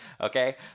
okay